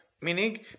meaning